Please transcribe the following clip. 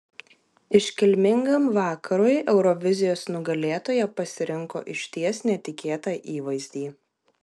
iškilmingam vakarui eurovizijos nugalėtoja pasirinko išties netikėtą įvaizdį